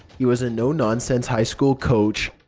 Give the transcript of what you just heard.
he was a no-nonsense high school coach,